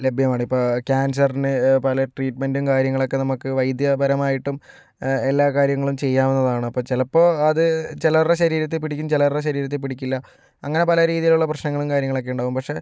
ലഭ്യമാണ് ഇപ്പോൾ ക്യാൻസറിന് പല ട്രീറ്റ്മെന്റും കാര്യങ്ങളൊക്കെ നമുക്ക് വൈദ്യപരമായിട്ടും എല്ലാ കാര്യങ്ങളും ചെയ്യാവുന്നതാണ് അപ്പോൾ ചിലപ്പോൾ അത് ചിലവരുടെ ശരീരത്തിൽ പിടിക്കും ചിലവരുടെ ശരീരത്തിൽ പിടിക്കില്ല അങ്ങനെ പല രീതിയിലുള്ള പ്രശ്നങ്ങളും കാര്യങ്ങളൊക്കെ ഉണ്ടാവും പക്ഷേ